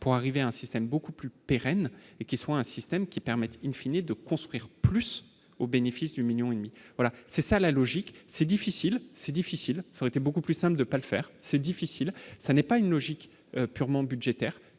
pour arriver à un système beaucoup plus pérenne et qui soit un système qui permette in fine et de construire plus au bénéfice du 1000000 et demi voilà, c'est ça la logique, c'est difficile, c'est difficile, ça était beaucoup plus sain de ne pas le faire, c'est difficile, ça n'est pas une logique purement budgétaire,